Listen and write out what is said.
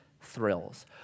thrills